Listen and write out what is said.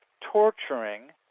torturing